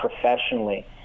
professionally